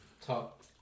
talk